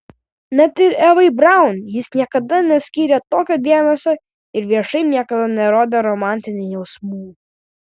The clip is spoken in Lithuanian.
net ir evai braun jis niekada neskyrė tokio dėmesio ir viešai niekada nerodė romantinių jausmų